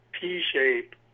p-shape